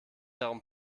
darum